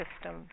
system